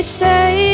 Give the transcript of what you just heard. say